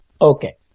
Okay